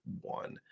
one